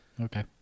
Okay